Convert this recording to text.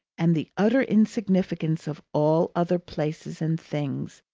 and the utter insignificance of all other places and things,